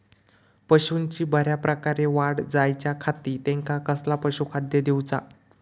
पशूंची बऱ्या प्रकारे वाढ जायच्या खाती त्यांका कसला पशुखाद्य दिऊचा?